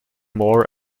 more